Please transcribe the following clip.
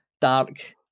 dark